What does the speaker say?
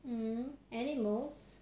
mm animals